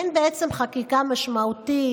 אין חקיקה משמעותית,